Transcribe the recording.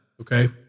okay